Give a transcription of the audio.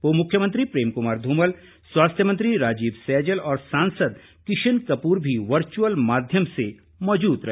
पूर्व मुख्यमंत्री प्रेम कुमार ध्रमल स्वास्थ्य मंत्री राजीव सैजल और सांसद किशन कपूर भी वर्चुअल माध्यम से मौजूद रहे